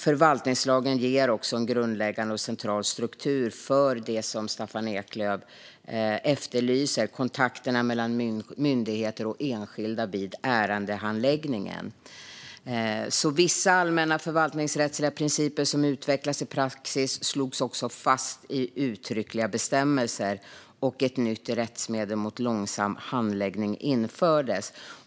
Förvaltningslagen ger också en grundläggande och central struktur för det som Staffan Eklöf efterlyser, nämligen kontakterna mellan myndigheter och enskilda vid ärendehandläggning. Vissa allmänna förvaltningsrättsliga principer som utvecklats i praxis slogs också fast i uttryckliga bestämmelser, och ett nytt rättsmedel mot långsam handläggning infördes.